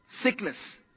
Sickness